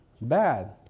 bad